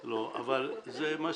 מספיק,